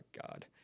God